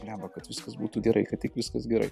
blemba kad viskas būtų gerai kad tik viskas gerai